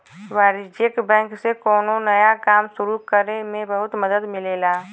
वाणिज्यिक बैंक से कौनो नया काम सुरु करे में बहुत मदद मिलेला